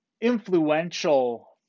influential